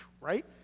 right